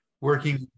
working